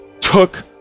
took